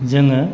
जोङो